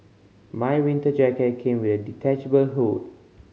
my winter jacket came with the detachable hood